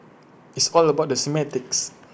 it's all about the semantics